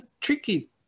tricky